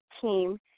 team